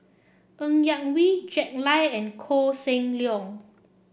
Ng Yak Whee Jack Lai and Koh Seng Leong